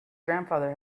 grandfather